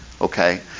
okay